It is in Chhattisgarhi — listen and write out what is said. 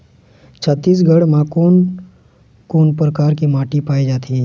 छत्तीसगढ़ म कोन कौन प्रकार के माटी पाए जाथे?